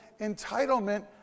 entitlement